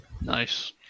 Nice